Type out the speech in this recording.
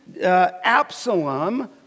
Absalom